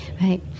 Right